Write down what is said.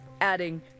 adding